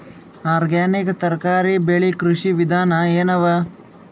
Organic ತರಕಾರಿ ಬೆಳಿ ಕೃಷಿ ವಿಧಾನ ಎನವ?